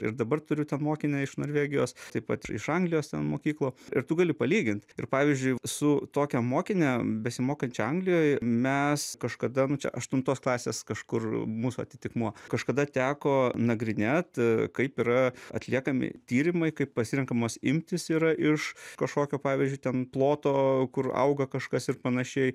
ir dabar turiu ten mokinę iš norvegijos taip pat iš anglijos ten mokyklų ir tu gali palygint ir pavyzdžiui su tokia mokine besimokančia anglijoj mes kažkada nu čia aštuntos klasės kažkur mūsų atitikmuo kažkada teko nagrinėt kaip yra atliekami tyrimai kaip pasirenkamos imtys yra iš kažkokio pavyzdžiui ten ploto kur auga kažkas ir panašiai